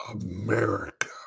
America